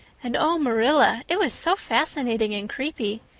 and, oh, marilla, it was so fascinating and creepy.